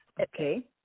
okay